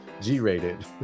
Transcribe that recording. G-rated